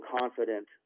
confident